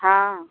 हाँ